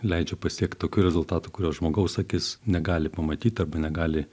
leidžia pasiekt tokių rezultatų kurio žmogaus akis negali pamatyt arba negali